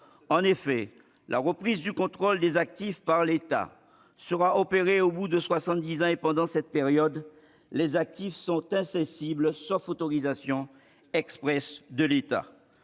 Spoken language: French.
En effet, la reprise du contrôle des actifs par l'État sera opérée au bout de soixante-dix ans. Pendant cette période, les actifs sont incessibles sauf autorisation expresse de l'État.